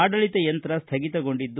ಆಡಳಿತ ಯಂತ್ರ ಸ್ವಗಿತಗೊಂಡಿದೆ